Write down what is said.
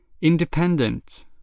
Independent